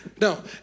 no